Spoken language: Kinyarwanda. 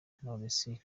knowless